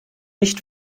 nicht